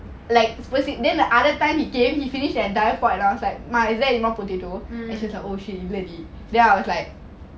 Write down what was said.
like speci~ then the other time he came he finished the entire pot and I was like ma is there any more potato and she's like oh shit don't have already then I was like